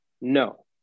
No